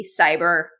cyber